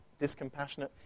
discompassionate